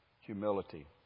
humility